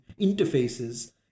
interfaces